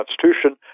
Constitution